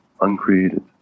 uncreated